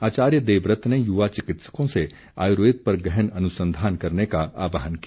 आचार्य देवव्रत ने युवा चिकित्सकों से आयुर्वेद पर गहन अनुसंधान करने का आह्वान किया